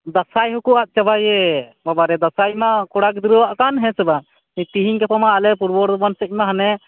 ᱫᱟᱸᱥᱟᱭ ᱦᱚᱸ ᱠᱚ ᱟᱫ ᱪᱟᱵᱟᱭᱮᱫ ᱵᱟᱵᱟᱨᱮ ᱫᱟᱸᱥᱟᱭ ᱢᱟ ᱠᱚᱲᱟ ᱜᱤᱫᱽᱨᱟᱹ ᱟᱜ ᱠᱟᱱ ᱦᱮᱸᱥᱮ ᱵᱟᱝ ᱛᱮᱦᱮᱧ ᱜᱟᱯᱟ ᱢᱟ ᱟᱞᱮ ᱯᱩᱨᱵᱚ ᱵᱚᱨᱫᱚᱢᱟᱱ ᱥᱮᱡ ᱢᱟ ᱦᱟᱱᱮ